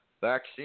vaccine